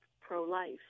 pro-life